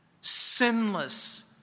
sinless